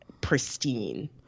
pristine